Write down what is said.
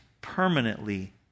permanently